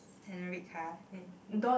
and a red car and red car